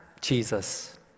Jesus